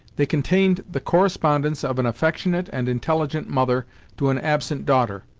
they contained the correspondence of an affectionate and inteffigent mother to an absent daughter,